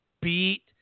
Beat